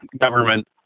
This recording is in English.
government